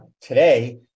today